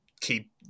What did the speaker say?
keep